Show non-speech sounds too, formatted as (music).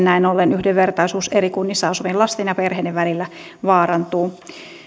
(unintelligible) näin ollen yhdenvertaisuus eri kunnissa asuvien lasten ja perheiden välillä vaarantuu